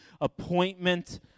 appointment